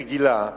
רגילה,